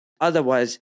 Otherwise